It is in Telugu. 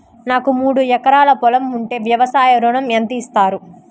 నాకు మూడు ఎకరాలు పొలం ఉంటే వ్యవసాయ ఋణం ఎంత ఇస్తారు?